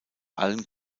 allen